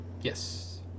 Yes